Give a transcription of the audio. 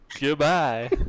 Goodbye